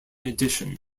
addition